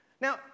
Now